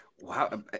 Wow